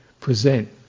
present